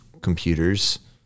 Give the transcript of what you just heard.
computers